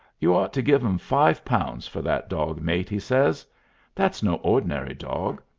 you ought to give im five pounds for that dog, mate, he says that's no ordinary dog.